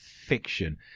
fiction